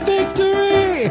Victory